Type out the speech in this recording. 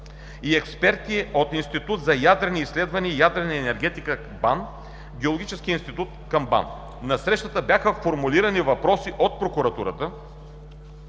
и експерти от Институт за ядрени изследвания и ядрена енергетика – БАН и Геологически институт – БАН. На срещата бяха формулирани въпроси от прокуратурата